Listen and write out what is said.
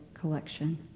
collection